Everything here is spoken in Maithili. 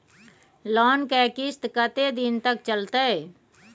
लोन के किस्त कत्ते दिन तक चलते?